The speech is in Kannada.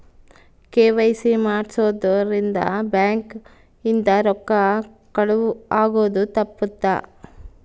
ಕೆ.ವೈ.ಸಿ ಮಾಡ್ಸೊದ್ ರಿಂದ ಬ್ಯಾಂಕ್ ಇಂದ ರೊಕ್ಕ ಕಳುವ್ ಆಗೋದು ತಪ್ಪುತ್ತ